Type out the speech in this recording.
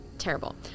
terrible